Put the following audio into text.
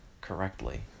correctly